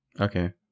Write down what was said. Okay